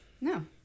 no